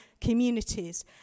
communities